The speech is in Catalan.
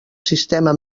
sistema